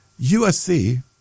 USC